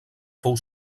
fou